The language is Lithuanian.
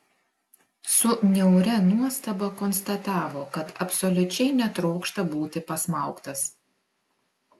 su niauria nuostaba konstatavo kad absoliučiai netrokšta būti pasmaugtas